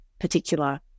particular